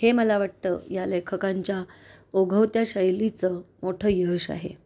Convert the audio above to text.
हे मला वाटतं या लेखकांच्या ओघवत्या शैलीचं मोठं यश आहे